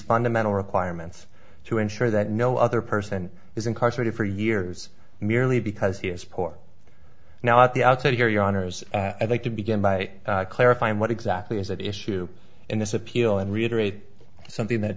fundamental requirements to ensure that no other person is incarcerated for years merely because he is poor now at the outset here your honors i'd like to begin by clarifying what exactly is at issue in this appeal and reiterate something that